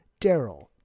Daryl